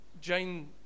jane